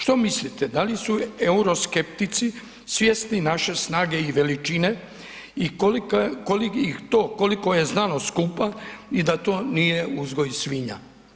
Što mislite, da li su euroskeptici svjesni naše snage i veličine i koliko je znanost skupa i da to nije uzgoj svinja?